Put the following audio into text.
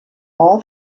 all